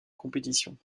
compétition